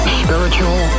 spiritual